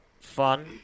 fun